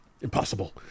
impossible